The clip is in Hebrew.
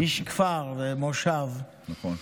איש כפר ומושב, נכון.